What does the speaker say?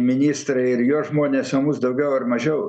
ministrai ir jo žmonės o mus daugiau ar mažiau